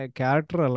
character